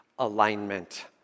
Alignment